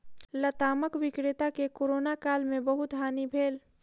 लतामक विक्रेता के कोरोना काल में बहुत हानि भेल